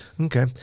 Okay